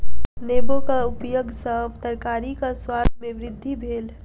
नेबोक उपयग सॅ तरकारीक स्वाद में वृद्धि भेल